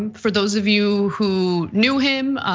and for those of you who knew him,